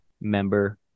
member